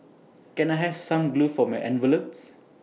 can I have some glue for my envelopes